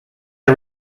are